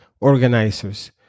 organizers